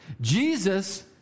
Jesus